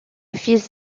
fils